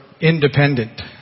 independent